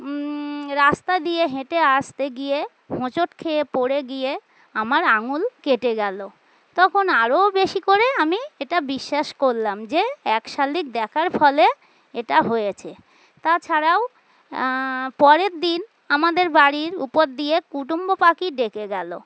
রাস্তা দিয়ে হেঁটে আসতে গিয়ে হোঁচট খেয়ে পড়ে গিয়ে আমার আঙুল কেটে গেলো তখন আরও বেশি করে আমি এটা বিশ্বাস করলাম যে এক শালিক দেখার ফলে এটা হয়েছে তাছাড়াও পরের দিন আমাদের বাড়ির উপর দিয়ে কুটুম্ব পাখি ডেকে গেল